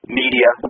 media